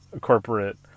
corporate